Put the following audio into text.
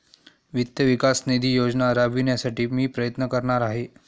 वित्त विकास निधी योजना राबविण्यासाठी मी प्रयत्न करणार आहे